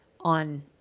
on